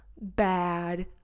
bad